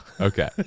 Okay